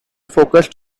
focussed